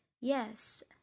Yes